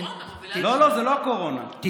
כי הקורונה מובילה לשכחה.